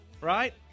right